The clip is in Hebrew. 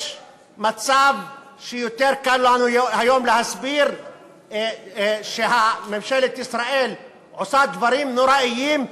יש מצב שיותר קל לנו היום להסביר שממשלת ישראל עושה דברים נוראים,